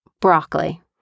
Broccoli